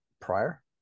prior